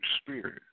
Spirit